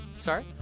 Sorry